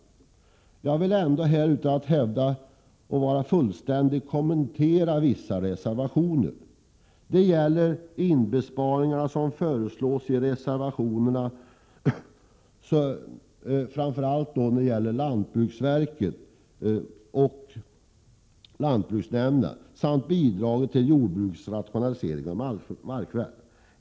Utan att göra anspråk på fullständighet vill jag ändå kommentera vissa reservationer. Det gäller de inbesparingar som föreslås framför allt när det gäller lantbruksstyrelsen och lantbruksnämnderna samt bidraget till jordbrukets rationalisering och markförvärv.